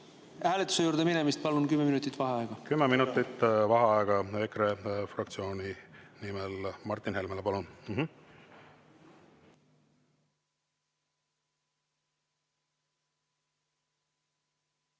hääletuse juurde minemist palun 10 minutit vaheaega. Kümme minutit vaheaega EKRE fraktsiooni nimel Martin Helmele, palun!V